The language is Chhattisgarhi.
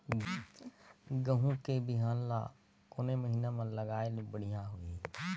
गहूं के बिहान ल कोने महीना म लगाय ले बढ़िया होही?